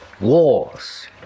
wars –